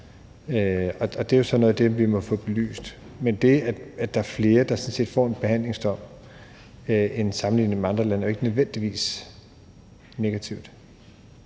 noget af det, vi må få belyst, men det, at der er flere, der sådan set får en behandlingsdom sammenlignet med andre lande, er jo ikke nødvendigvis negativt.